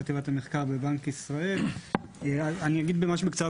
אני אגיד ממש בקצרה.